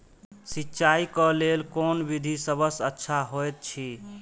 सिंचाई क लेल कोन विधि सबसँ अच्छा होयत अछि?